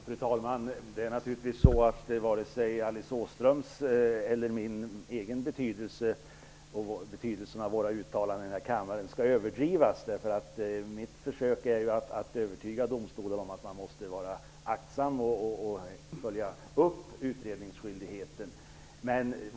Fru talman! Betydelsen av Alice Åströms eller mina egna uttalanden här i kammaren skall naturligtvis inte överdrivas. Jag försöker övertyga domstolen om att man måste vara aktsam och följa upp utredningsskyldigheten.